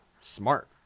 smart